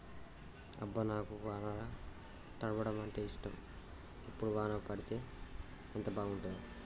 అబ్బ నాకు వానల తడవడం అంటేఇష్టం ఇప్పుడు వాన పడితే ఎంత బాగుంటాడో